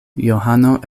johano